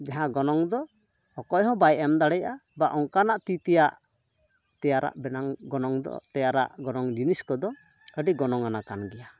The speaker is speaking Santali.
ᱡᱟᱦᱟᱸ ᱜᱚᱱᱚᱝ ᱫᱚ ᱚᱠᱚᱭ ᱦᱚᱸ ᱵᱟᱭ ᱮᱢᱫᱟᱲᱮᱭᱟᱜᱼᱟ ᱵᱟ ᱚᱱᱠᱟᱱᱟᱜ ᱛᱤᱛᱮᱭᱟᱜ ᱛᱮᱭᱟᱨᱟᱜ ᱵᱮᱱᱟᱝ ᱜᱚᱱᱚᱝ ᱫᱚ ᱛᱮᱭᱟᱨᱟᱜ ᱜᱚᱱᱚᱝ ᱡᱤᱱᱤᱥ ᱠᱚᱫᱚ ᱟᱹᱰᱤ ᱜᱚᱱᱚᱝ ᱟᱱᱟᱜ ᱠᱟᱱ ᱜᱮᱭᱟ